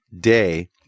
day